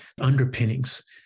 underpinnings